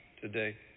today